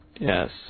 Yes